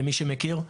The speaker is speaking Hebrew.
למי שמכיר.